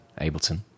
Ableton